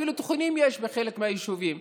אפילו תיכונים יש בחלק מהיישובים,